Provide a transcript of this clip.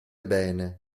bene